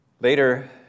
Later